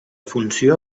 funció